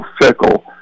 fickle